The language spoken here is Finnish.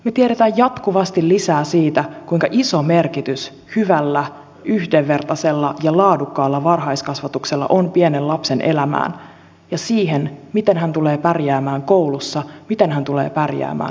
me tiedämme jatkuvasti lisää siitä kuinka iso merkitys hyvällä yhdenvertaisella ja laadukkaalla varhaiskasvatuksella on pienen lapsen elämässä ja siinä miten hän tulee pärjäämään koulussa miten hän tulee pärjäämään loppuelämänsä ajan